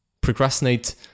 procrastinate